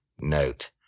Note